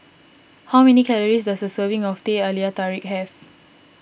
how many calories does a serving of Teh Halia Tarik have